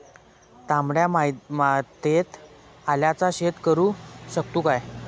तामड्या मातयेत आल्याचा शेत करु शकतू काय?